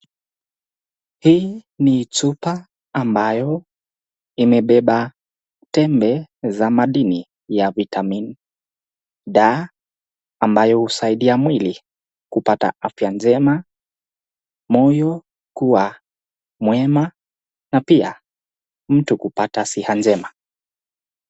Hii ni chupa ambayo imebeba tembe za madini ya vitamin D ambayo husaidia mwili kupata afya njema, moyo kuwa mwema na pia mtu kupata siha njema.